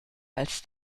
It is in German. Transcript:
als